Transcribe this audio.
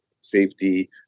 safety